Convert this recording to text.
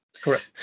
correct